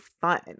fun